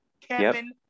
Kevin